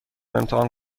امتحان